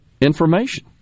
information